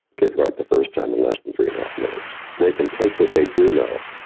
get right the first time in less than three and a half minutes. they can take what they do know,